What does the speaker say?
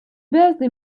birthday